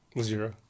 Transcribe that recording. Zero